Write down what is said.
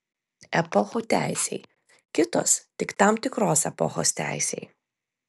epochų teisei kitos tik tam tikros epochos teisei